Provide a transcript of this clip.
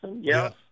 yes